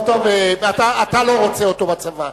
טוב, אתה לא רוצה אותו בצבא.